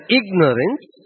ignorance